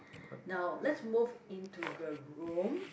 now let's move into the room